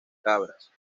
cabras